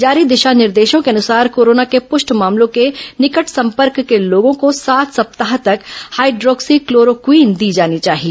जारी दिशा निर्देशों के अनुसार कोरोना को पुष्ट मामलों के निकट संपर्क के लोगों को सात सप्ताह तक हाइड्रोक्सी क्लोरोक्वीन दी जानी चाहिए